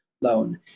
loan